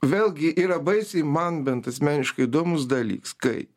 vėlgi yra baisiai man bent asmeniškai įdomus dalyks kai